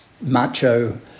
macho